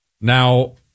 Now